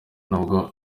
n’ubwo